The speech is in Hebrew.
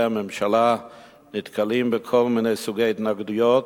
הממשלה נתקלים בכל מיני סוגי התנגדויות.